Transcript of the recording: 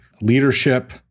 leadership